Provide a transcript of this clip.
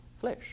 flesh